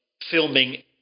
filming